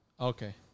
Okay